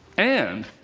and